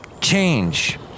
change